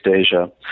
Asia